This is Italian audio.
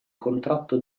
contratto